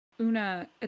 Una